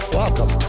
welcome